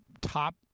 top